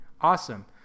Awesome